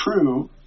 true